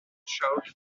showed